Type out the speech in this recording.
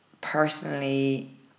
personally